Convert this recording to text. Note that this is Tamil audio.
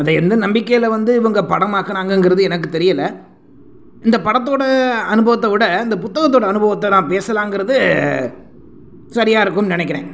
அதை எந்த நம்பிக்கையில் வந்து இவங்க படமாக்குனாங்கங்கிறது எனக்கு தெரியலை இந்த படத்தோட அனுபவத்தை விட இந்த புத்தகத்தோடு அனுபவத்தை நான் பேசுலாங்கிறது சரியாக இருக்கும்னு நினைக்கிறேன்